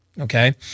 Okay